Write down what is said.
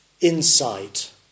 insight